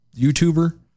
YouTuber